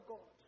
God